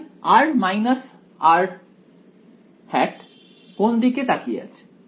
তাই r কোন দিকে তাকিয়ে আছে